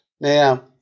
Now –